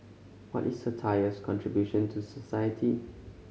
what is satire's contribution to society